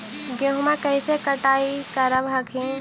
गेहुमा कैसे कटाई करब हखिन?